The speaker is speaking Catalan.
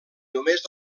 només